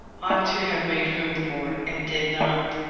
to have made room for, and did not.